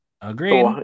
Agreed